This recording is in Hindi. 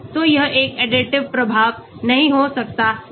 तो यह एक additive प्रभाव नहीं हो सकता है